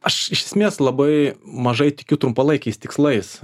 aš iš esmės labai mažai tikiu trumpalaikiais tikslais